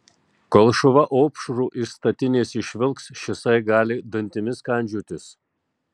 kol šuva opšrų iš statinės išvilks šisai gali dantimis kandžiotis